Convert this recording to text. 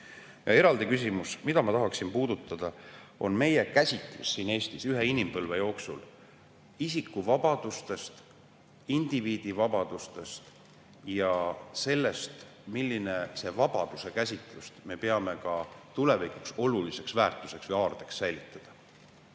küsimus, mida ma tahaksin puudutada, on meie käsitlus siin Eestis ühe inimpõlve jooksul isiku vabadustest, indiviidi vabadustest ja sellest, millist vabaduse käsitlust me peame ka tulevikuks oluliseks väärtuseks või aardeks säilitada.